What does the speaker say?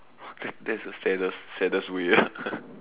that that's the saddest saddest way ah